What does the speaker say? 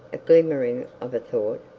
a glimmering of a thought,